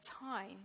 time